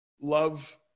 Love